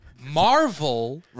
Marvel